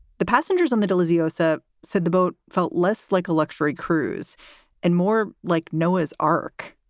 the passengers on the delhi's yoza said the boat felt less like a luxury cruise and more like noah's ark.